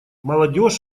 молодежь